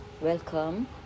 welcome